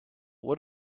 what